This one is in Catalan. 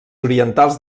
orientals